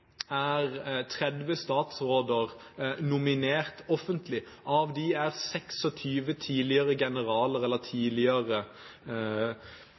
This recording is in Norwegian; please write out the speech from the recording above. er 30 statsråder nominert offentlig, 26 av dem er tidligere generaler eller tidligere